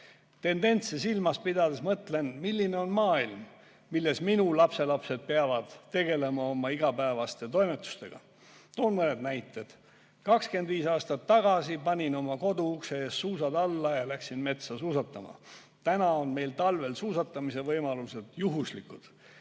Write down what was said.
Tendentse silmas pidades mõtlen, milline on maailm, milles minu lapselapsed peavad tegema oma igapäevaseid toimetusi. Toon mõne näite. 25 aastat tagasi panin oma koduukse ees suusad alla ja läksin metsa suusatama. Praegu on meil talvel suusatamise võimalused juhuslikud.